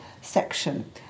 section